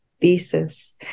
thesis